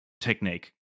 technique